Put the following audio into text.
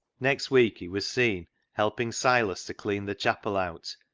next week he was seen helping silas to clean the chapel out,